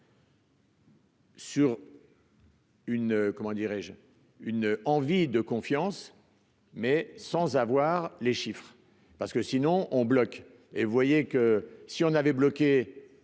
une envie de confiance mais sans avoir les chiffres parce que sinon on bloque, et vous voyez que si on avait bloqué